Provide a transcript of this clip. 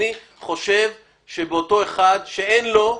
אני חושב שאותו אחד שאין לו,